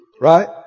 Right